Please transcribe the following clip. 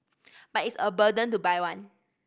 but it's a burden to buy one